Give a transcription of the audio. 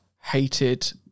hated